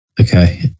Okay